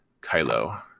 Kylo